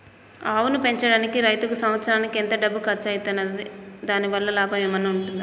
ఆవును పెంచడానికి రైతుకు సంవత్సరానికి ఎంత డబ్బు ఖర్చు అయితది? దాని వల్ల లాభం ఏమన్నా ఉంటుందా?